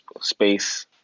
space